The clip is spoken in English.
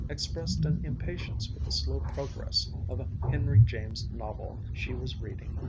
expressed an impatience with the slow progress of a henry james novel she was reading,